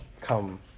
come